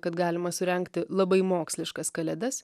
kad galima surengti labai moksliškas kalėdas